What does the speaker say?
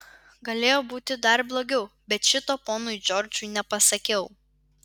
galėjo būti dar blogiau bet šito ponui džordžui nepasakiau